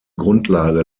grundlage